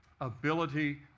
ability